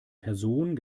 person